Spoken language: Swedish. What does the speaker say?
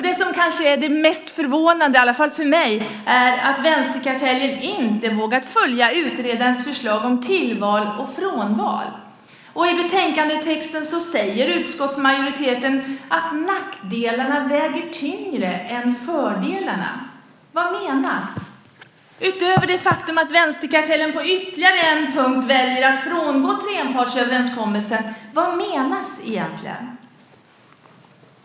Det som kanske är det mest förvånande, i alla fall för mig, är att vänsterkartellen inte har vågat följa utredarens förslag om tillval och frånval. I betänkandetexten säger utskottsmajoriteten att nackdelarna väger tyngre än fördelarna. Vad menas egentligen - utöver det faktum att vänsterkartellen på ytterligare en punkt väljer att frångå trepartsöverenskommelsen?